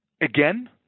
again